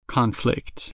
Conflict